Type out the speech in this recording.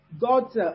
God's